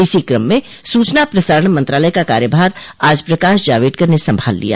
इसी क्रम में सूचना प्रसारण मंत्रालय का कार्यभार आज प्रकाश जावड़ेकर ने संभाल लिया